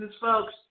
folks